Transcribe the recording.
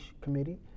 committee